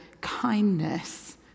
kindness